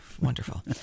Wonderful